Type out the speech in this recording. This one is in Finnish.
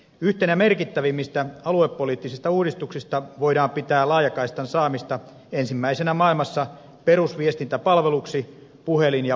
yhtenä merkittävimmistä aluepoliittisista uudistuksista voidaan pitää laajakaistan saamista ensimmäisenä maailmassa perusviestintäpalveluksi puhelin ja postipalvelun rinnalle